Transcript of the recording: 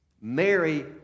Mary